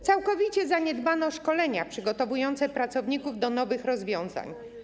Całkowicie zaniedbano szkolenia przygotowujące pracowników do nowych rozwiązań.